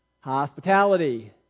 Hospitality